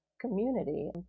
community